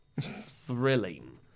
thrilling